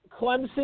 Clemson